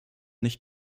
nicht